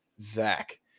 Zach